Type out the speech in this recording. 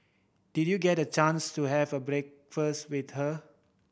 did you get a chance to have breakfast with her